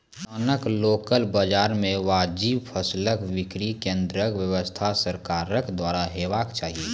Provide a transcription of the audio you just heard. किसानक लोकल बाजार मे वाजिब फसलक बिक्री केन्द्रक व्यवस्था सरकारक द्वारा हेवाक चाही?